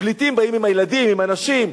פליטים באים עם הילדים, עם הנשים.